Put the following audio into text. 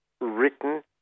written